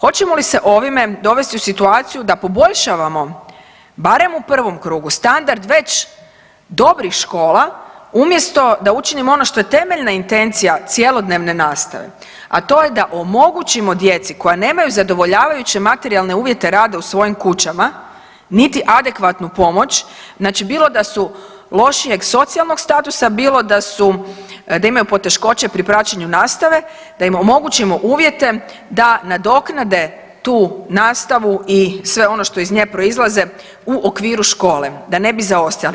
Hoćemo li se ovime dovesti u situaciju da poboljšavamo barem u prvom krugu standard već dobrih škola, umjesto da učinimo ono što je temeljna intencija cjelodnevne nastave, a to je da omogućimo djeci koja nemaju zadovoljavajuće materijalne uvjete rada u svojim kućama, niti adekvatnu pomoć, znači bilo da su lošijeg socijalnog statusa, bilo da su, da imaju poteškoća pri praćenju nastave, da im omogućimo uvjete da nadoknade tu nastavu i sve ono što iz nje proizlaze u okviru škole, da ne bi zaostajali.